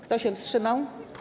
Kto się wstrzymał?